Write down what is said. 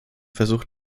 versuch